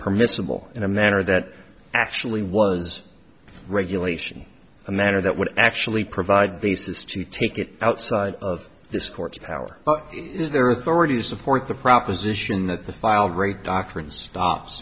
permissible in a manner that actually was a regulation a matter that would actually provide basis to take it outside of this court's power is their authority to support the proposition that the filed rate doctrine stops